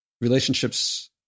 relationships